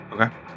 Okay